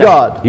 God